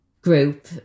group